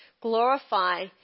glorify